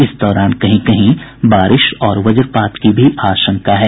इस दौरान कहीं कहीं बारिश और वज्रपात की भी आशंका है